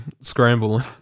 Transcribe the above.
Scramble